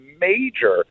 major